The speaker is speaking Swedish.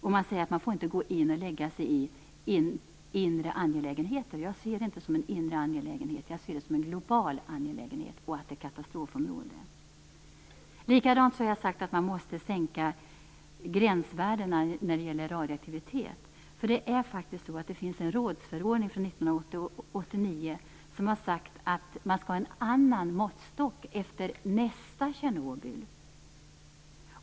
Det sägs att man inte får gå in och lägga sig i inre angelägenheter, men jag ser inte detta som en inre angelägenhet. Jag ser det som en global angelägenhet, och jag anser att detta är ett katastrofområde. Jag anser också att man måste sänka gränsvärdena för radioaktivitet. Det finns en rådsförordning från 1989 som säger att man skall ha en annan måttstock efter nästa Tjernobyl.